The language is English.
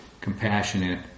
compassionate